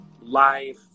life